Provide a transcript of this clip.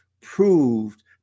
proved